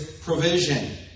provision